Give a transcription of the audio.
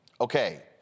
okay